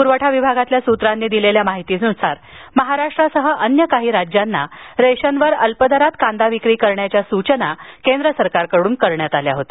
पुरवठा विभागातील सूत्रांनी दिलेल्या माहितीनुसार महाराष्ट्रासह अन्य काही राज्यांना रेशनवर अल्प दरात कांदा विक्री करण्याची सूचना केंद्र सरकारकडून देण्यात आली होती